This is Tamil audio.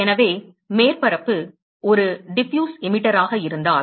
எனவே மேற்பரப்பு ஒரு டிஃப்யூஸ் எமிட்டராக இருந்தால்